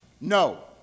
No